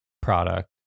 product